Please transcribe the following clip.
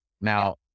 Now